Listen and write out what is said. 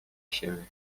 siebie